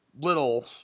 little